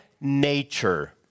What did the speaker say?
nature